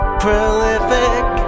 prolific